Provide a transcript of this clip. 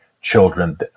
children